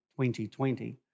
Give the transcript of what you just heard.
2020